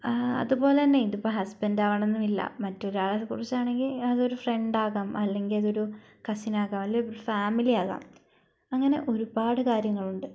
അതുപോലെതന്നെ ഇതിപ്പോൾ ഹസ്ബന്റ് ആവണമെന്നൊന്നും ഇല്ല മറ്റൊരാളെക്കുറിച്ച് ആണെങ്കിൽ അതൊരു ഫ്രണ്ട് ആകാം അല്ലെങ്കിൽ അതൊരു കസിൻ ആകാം അല്ലെങ്കിൽ ഒരു ഫാമിലി ആകാം അങ്ങനെ ഒരുപാട് കാര്യങ്ങളുണ്ട്